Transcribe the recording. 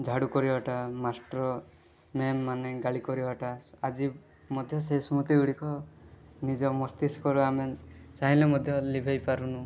ଝାଡ଼ୁ କରିବାଟା ମାଷ୍ଟର୍ ମ୍ୟାମ୍ମାନେ ଗାଳି କରିବାଟା ଆଜି ମଧ୍ୟ ସେ ସ୍ମୃତିଗୁଡ଼ିକ ନିଜ ମସ୍ତିଷ୍କରୁ ଆମେ ଚାହିଁଲେ ମଧ୍ୟ ଲିଭେଇପାରୁନୁ